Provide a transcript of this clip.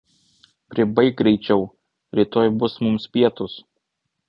pribaik greičiau rytoj bus mums pietūs